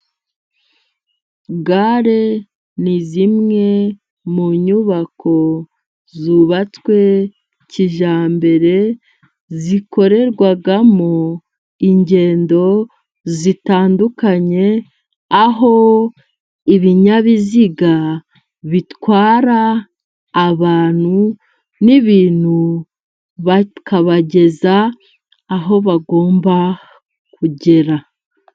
Gare ni zimwe mu nyubako zubatswe kijyambere, zikorerwamo ingendo zitandukanye, aho ibinyabiziga bitwara abantu n'ibintu, bakabageza aho bagomba kugera.